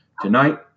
Tonight